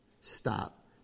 Stop